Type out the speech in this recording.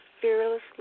fearlessly